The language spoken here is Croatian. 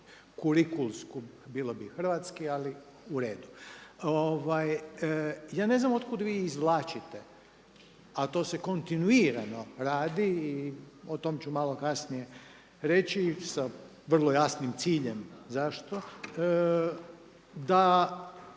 kurikulsku bilo bi hrvatski ali uredu. Ja ne znam od kuda vi izvlačite, a to se kontinuirano radi i o tome ću malo kasnije reći sa vrlo jasnim ciljem zašto, da